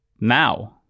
now